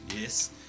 Yes